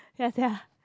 ya sia